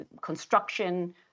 construction